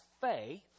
faith